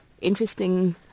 interesting